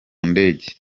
ndege